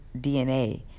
DNA